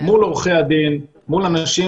אתן כולכן עוזרות לי מאוד כדי להראות כמה אנחנו עושים.